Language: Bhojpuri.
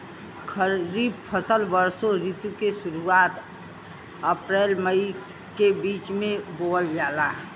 खरीफ फसल वषोॅ ऋतु के शुरुआत, अपृल मई के बीच में बोवल जाला